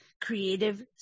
creative